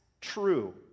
true